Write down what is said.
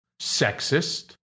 sexist